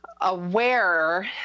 aware